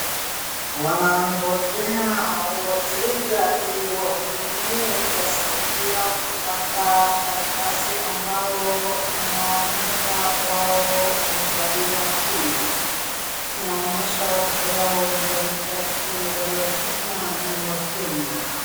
Wanangojea wateja ili wawahudumie kuwasaidia kupata karatasi ambayo inaonyesha wao wamezaliwa Kenya. Inaonyesha watoto yao wamezaliwa Kenya na ni wakenya.